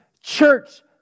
Church